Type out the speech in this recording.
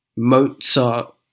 mozart